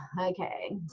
okay